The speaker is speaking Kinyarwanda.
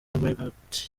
minaert